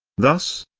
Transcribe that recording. thus,